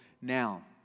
now